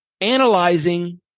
analyzing